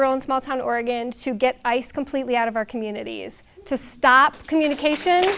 own small town oregon to get ice completely out of our communities to stop communication